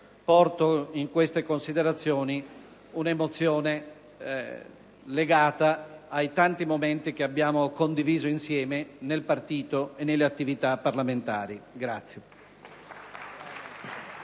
porto in queste considerazioni un'emozione legata ai tanti momenti che abbiamo condiviso insieme nel partito e nelle attività parlamentari.